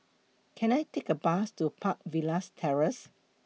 Can I Take A Bus to Park Villas Terrace